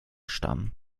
stammen